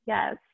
Yes